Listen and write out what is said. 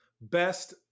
Best